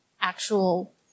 actual